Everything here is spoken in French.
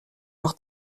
leur